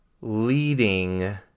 leading